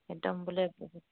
একদম বোলে